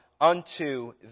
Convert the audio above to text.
unto